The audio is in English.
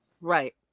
right